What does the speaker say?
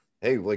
Hey